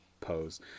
pose